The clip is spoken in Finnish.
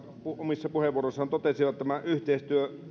omissa puheenvuoroissaan totesivat tämä yhteistyö